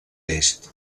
est